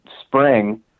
spring